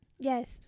yes